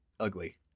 Ugly